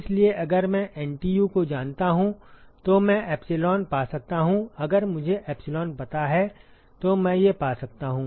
इसलिए अगर मैं एनटीयू को जानता हूं तो मैं एप्सिलॉन पा सकता हूं अगर मुझे एप्सिलॉन पता है तो मैं ये पा सकता हूं